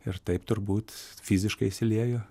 ir taip turbūt fiziškai įsilieju